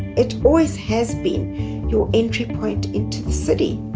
it always has been your entry point into the city.